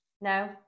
No